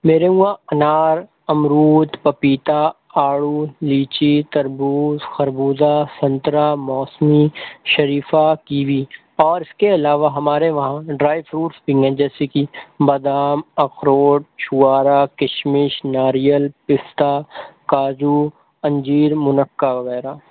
میرے وہاں انار امرود پپیتا آڑو لیچی تربوز خربوزہ سنترہ موسمی شریفہ کیوی اور اس کے علاوہ ہمارے وہاں ڈرائی فروٹس بھی ہیں جیسے کی بادام اخروٹ چھوارا کشمش ناریل پستہ کاجو انجیر منقیٰ وغیرہ